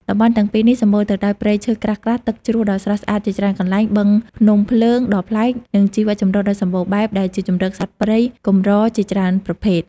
តំបន់ទាំងពីរនេះសម្បូរទៅដោយព្រៃឈើក្រាស់ៗ ទឹកជ្រោះដ៏ស្រស់ស្អាតជាច្រើនកន្លែង បឹងភ្នំភ្លើងដ៏ប្លែក និងជីវចម្រុះដ៏សម្បូរបែប ដែលជាជម្រកសត្វព្រៃកម្រជាច្រើនប្រភេទ។